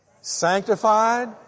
sanctified